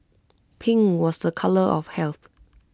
pink was A colour of health